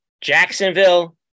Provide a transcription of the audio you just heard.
jacksonville